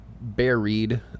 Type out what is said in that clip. buried